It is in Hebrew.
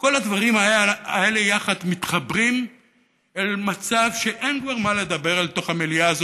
כל הדברים האלה יחד מתחברים למצב שכבר אין מה לדבר בתוך המליאה הזאת,